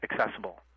accessible